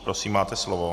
Prosím, máte slovo.